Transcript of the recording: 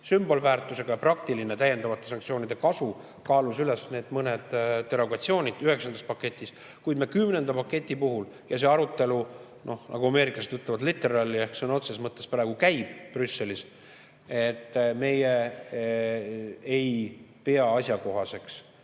sümbolväärtusega ja praktiline täiendavate sanktsioonide kasu kaalus üles need mõned derogatsioonid üheksandas paketis. Kuid kümnenda paketi puhul – ja see arutelu, nagu ameeriklased ütlevad, literallyehk sõna otseses mõttes praegu käib Brüsselis – meie ei pea asjakohaseks